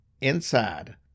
inside